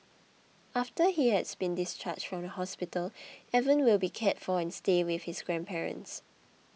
after he has been discharged from the hospital Evan will be cared for and stay with his grandparents